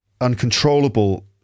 uncontrollable